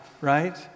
right